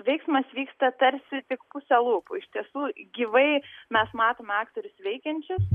veiksmas vyksta tarsi tik puse lūpų iš tiesų gyvai mes matome aktorius veikiančius